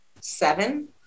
seven